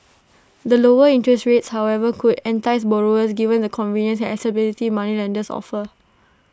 the lower interests rates however could entice borrowers given the convenience accessibility moneylenders offer